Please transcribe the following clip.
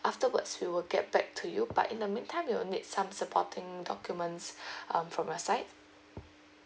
afterwards we will get back to you but in the meantime we'll need some supporting documents um from your side